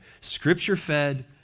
Scripture-fed